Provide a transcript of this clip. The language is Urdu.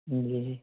جی جی